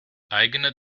eigene